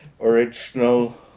original